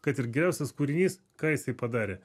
kad ir geriausias kūrinys ką jisai padarė